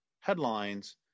headlines